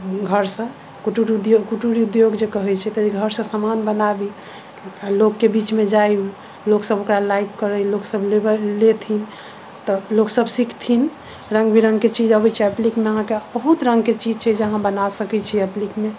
घरसँ कुटीर उद्योग जे कहैत छै तऽ घरसँ समान बनाबी आ लोककेँ बीचमे जाइ लोक सब ओकरा लाइक करै लोक सब लेथिन तऽ लोकसब सीखथिन रङ्ग विरङ्गके चीज अबैत छै एप्लिकमे अहाँकेँ बहुत रङ्गके चीज छै जे अहाँ बना सकैत छी एप्लिकमे